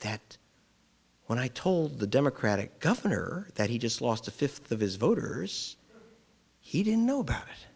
that when i told the democratic governor that he just lost a fifth of his voters he didn't know about it